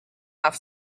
off